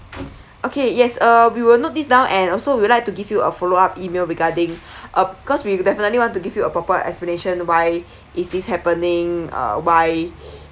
okay yes uh we will note this down and also we would like to give you a follow up email regarding uh cause we will definitely want to give you a proper explanation why is this happening uh why